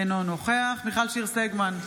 אינו נוכח מיכל שיר סגמן,